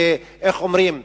איך אומרים,